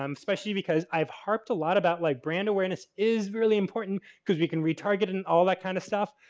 um especially because i've harped a lot about like brand awareness is really important because we can retarget and all that kind of stuff.